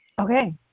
okay